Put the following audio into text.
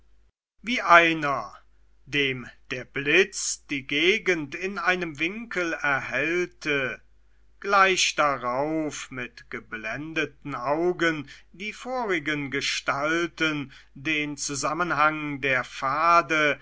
wie einer dem der blitz die gegend in einem winkel erhellte gleich darauf mit geblendeten augen die vorigen gestalten den zusammenhang der pfade